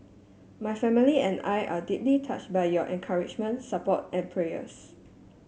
my family and I are deeply touch by your encouragement support and prayers